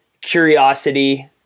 curiosity